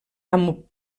amb